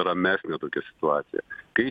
ramesnė tokia situacija kai